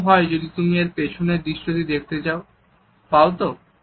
কীরম হয় যদি তুমি এর পেছনের দৃশ্য দেখতে পাও তো